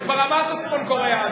אבל כבר אמרת צפון-קוריאה,